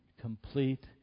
complete